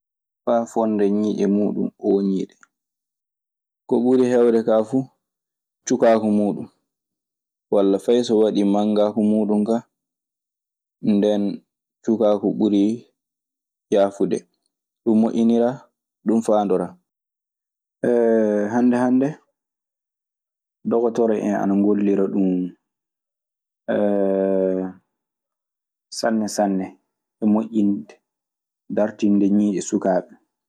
Faa fonnda ñiiƴe muuɗum ooñiiɗe. Ko ɓuri heewde kaa fu cukaaku mun. Walla fay so waɗii manngaaku muuɗun kaa. Nden cukaaku ɓuri yaafude. Ɗun moƴƴiniraa. Ɗun faandoraa. Hannde hannde, dogotoro en ana ngollira ɗun sanne sanne e moƴƴinde, dartinde ñiiƴe sukaaɓe.